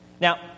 Now